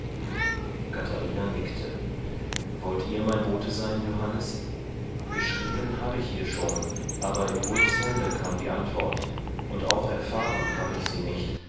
katharina nickte wollt ihr mein bote sein johannes geschrieben habe ich ihr schon aber in wulfs hände kam die antwort und auch erfahren habe ich sie nicht